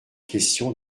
question